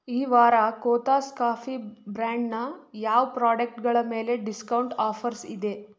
ಈ ವಾರ ಕೋಥಾಸ್ ಕಾಫಿ ಬ್ರ್ಯಾಂಡ್ನ ಯಾವ ಪ್ರಾಡಕ್ಟ್ಗಳ ಮೇಲೆ ಡಿಸ್ಕೌಂಟ್ ಆಫರ್ಸ್ ಇದೆ